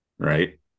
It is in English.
Right